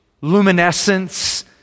luminescence